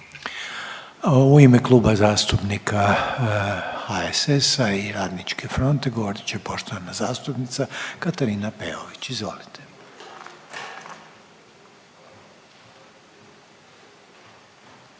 U ime Kluba zastupnika Socijaldemokrata govorit će poštovana zastupnica Sanja Udović. Izvolite.